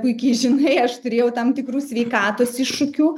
puikiai žinai aš turėjau tam tikrų sveikatos iššūkių